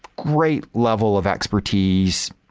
great level of expertise,